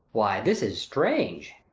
why, this is strange!